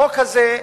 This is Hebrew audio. החוק הזה,